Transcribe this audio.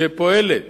שפועלת